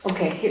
Okay